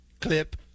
clip